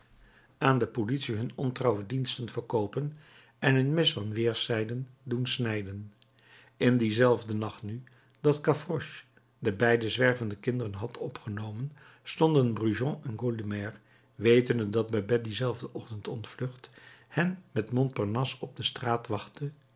aan de politie hun ontrouwe diensten verkoopen en hun mes van weerszijden doen snijden in dienzelfden nacht nu dat gavroche de beide zwervende kinderen had opgenomen stonden brujon en gueulemer wetende dat babet dienzelfden ochtend ontvlucht hen met montparnasse op de straat wachtte